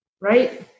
Right